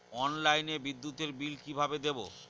অনলাইনে বিদ্যুতের বিল কিভাবে দেব?